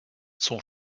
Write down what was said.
son